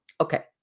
Okay